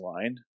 line